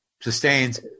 Sustains